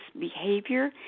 behavior